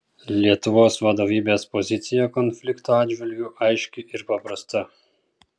lietuvos vadovybės pozicija konflikto atžvilgiu aiški ir paprasta